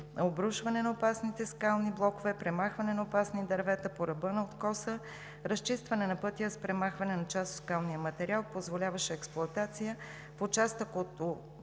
обрушване на опасните скални блокове, премахване на опасни дървета по ръба на откоса, разчистване на пътя с премахване на част от скалния материал, позволяващ експлоатация в участъка от 15